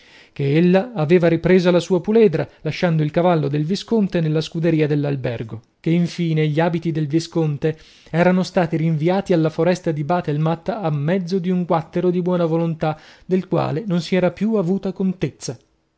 seguente ch'ella aveva ripresa la sua puledra lasciando il cavallo del visconte nella scuderia dell'albergo che infine gli abiti del visconte erano stati rinviati alla foresta di bathelmatt a mezzo di un guattero di buona volontà del quale non si era più avuta contezza